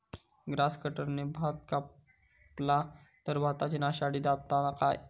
Grass कटराने भात कपला तर भाताची नाशादी जाता काय?